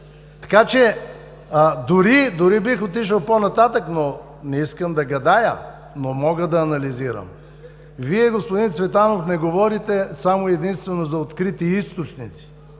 го. Дори бих отишъл по-нататък, но не искам да гадая, но мога да анализирам. Вие, господин Цветанов, не говорите само и единствено за открити източници.